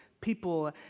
people